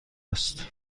است